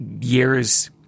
years